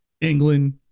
England